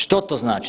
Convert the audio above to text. Što to znači?